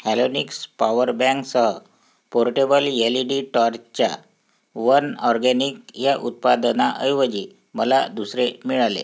Halonix power बँकसह portable LED टॉर्चच्या one organic या उत्पादनाऐवजी मला दुसरे मिळाले